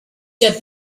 got